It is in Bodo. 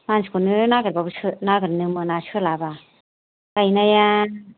मानसिखौनो नागेरबाबो नागेरनो नो मोना सोलाबा गायनाया